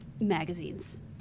magazines